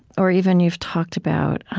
or even you've talked about